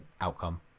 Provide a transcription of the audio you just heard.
outcome